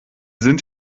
sind